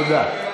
תודה.